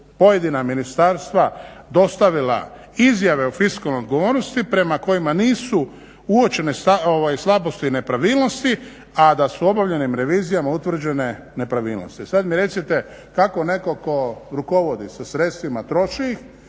pojedina ministarstva dostavila izjave o fiskalnoj odgovornosti prema kojima nisu uočene slabosti i nepravilnosti, a da su obavljenim revizijama utvrđene nepravilnosti. Sad mi recite kako netko tko rukovodi sa sredstvima, troši ih,